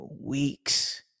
weeks